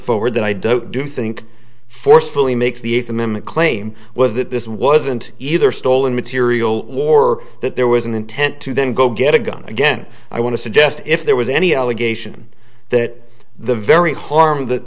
forward that i don't do think forcefully makes the eighth amendment claim was that this wasn't either stolen material war that there was an intent to then go get a gun again i want to suggest if there was any allegation that the very harm that